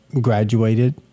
graduated